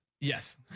Yes